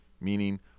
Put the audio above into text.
meaning